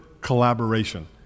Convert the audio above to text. collaboration